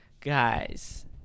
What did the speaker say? Guys